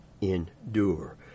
endure